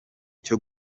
cyo